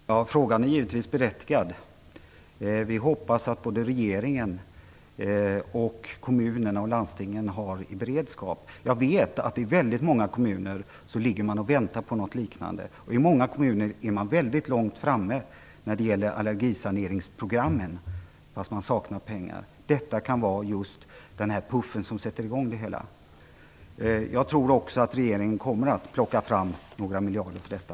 Herr talman! Frågan är givetvis berättigad. Vi hoppas att såväl regeringen som kommunerna och landstingen har beredskap för detta. Jag vet att man ligger och väntar på något liknande i väldigt många kommuner. I många kommuner är man mycket långt framme när det gäller program för allergisanering, men man saknar pengar. Detta kan vara just den puff som sätter i gång det hela. Jag tror också att regeringen kommer att plocka fram några miljarder till detta.